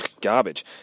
garbage